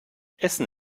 essen